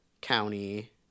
County